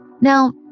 Now